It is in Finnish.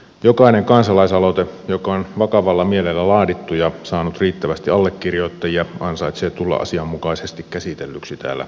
jokainen kansalaisaloite joka on vakavalla mielellä laadittu ja saanut riittävästi allekirjoittajia ansaitsee tulla asianmukaisesti käsitellyksi täällä eduskunnassa